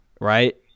right